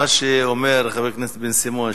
מה שאומר חבר הכנסת בן-סימון,